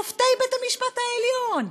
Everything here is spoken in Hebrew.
שופטי בית-המשפט העליון.